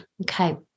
Okay